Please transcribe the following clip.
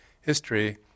history